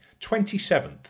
27th